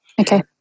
Okay